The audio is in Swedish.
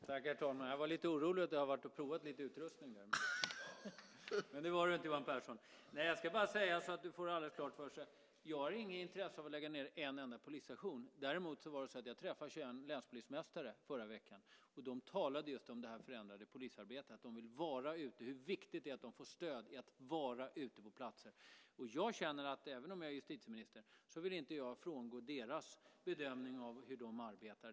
Herr talman! Jag var lite orolig för att du hade varit och provat utrustning, Johan Pehrson, men det hade du inte. Jag ska bara säga, så att du får det helt klart för dig: Jag har inget intresse av att lägga ned en enda polisstation. Däremot träffade jag 21 länspolismästare förra veckan, och de talade just om det förändrade polisarbetet, att de vill vara ute och hur viktigt det är att de får stöd i att vara ute på platser. Jag känner att även om jag är justitieminister vill jag inte frångå deras bedömning av hur de arbetar.